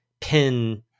pin